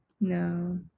No